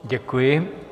Děkuji.